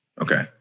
Okay